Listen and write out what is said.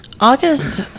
August